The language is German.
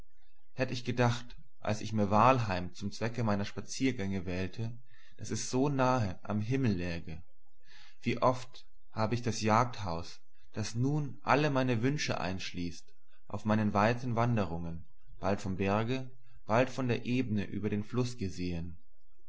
hätt ich gedacht als ich mir wahlheim zum zwecke meiner spaziergänge wählte daß es so nahe am himmel läge wie oft habe ich das jagdhaus das nun alle meine wünsche einschließt auf meinen weiten wanderungen bald vom berge bald von der ebne über den fluß gesehn